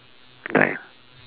die